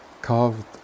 carved